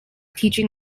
teaching